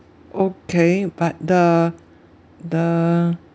okay but the the